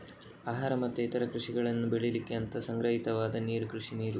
ಆಹಾರ ಮತ್ತೆ ಇತರ ಕೃಷಿ ಬೆಳೆಗಳನ್ನ ಬೆಳೀಲಿಕ್ಕೆ ಅಂತ ಸಂಗ್ರಹಿತವಾದ ನೀರು ಕೃಷಿ ನೀರು